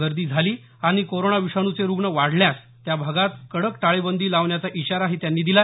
गर्दी झाली आणि कोरोना विषाणूचे रुग्ण वाढल्यास त्या भागात कडक टाळेबंदी लावण्याचा इशाराही त्यांनी दिला